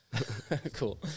Cool